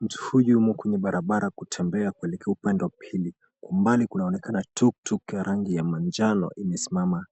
Mtu huyu yumo kwenye barabara kutembea kuelekea upande wa pili. Kwa umbali kunaonekana tuktuk ya rangi ya manjano imesimama